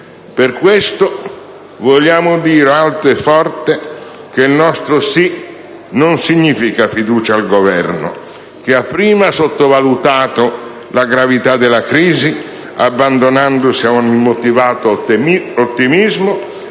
Per questo vogliamo dire alto e forte che il nostro sì non significa fiducia al Governo, che ha prima sottovalutato la gravità della crisi, abbandonandosi a un immotivato ottimismo